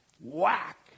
Whack